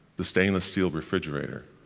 the stainless steel refrigerator,